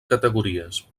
categories